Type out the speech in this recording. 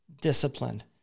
disciplined